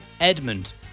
Edmund